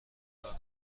دارم